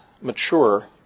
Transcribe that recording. mature